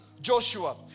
Joshua